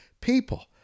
people